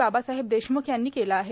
बाबासाहेब देशमुख यांनी केल आहे